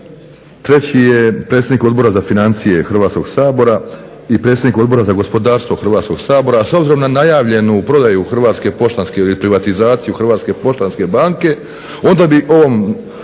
treći je predsjednik Odbora za financije Hrvatskog sabora i predsjednik Odbora za gospodarstvo Hrvatskog sabora. A s obzirom na najavljenu prodaju ili privatizaciju Hrvatske poštanske banke, onda bi ovom